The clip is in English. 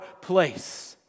place